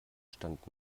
stand